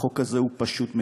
החוק הזה הוא פשוט מיותר.